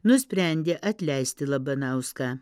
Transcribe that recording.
nusprendė atleisti labanauską